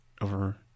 over